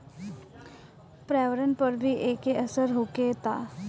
पर्यावरण पर भी एके असर होखता